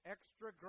Extra